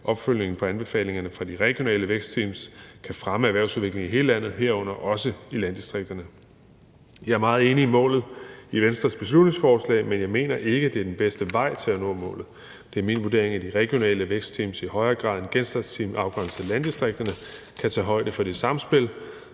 opfølgningen på anbefalingerne fra de regionale vækstteams kan fremme erhvervsudvikling i hele landet, herunder også i landdistrikterne. Jeg er meget enig i målet i Venstres beslutningsforslag, men jeg mener ikke, det er den bedste vej til at nå målet. Det er min vurdering, at de regionale vækstteams i højere grad end det foreslåede genstartsteam afgrænset til landdistrikterne kan tage højde for det samspil,